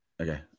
Okay